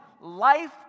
Life